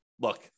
look